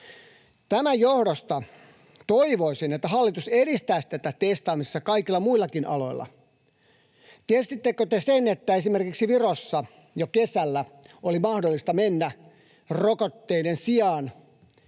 Tämän johdosta toivoisin, että hallitus edistäisi tätä testaamista kaikilla muillakin aloilla. Tiesittekö te sen, että esimerkiksi Virossa jo kesällä oli mahdollista mennä rokotuksen sijaan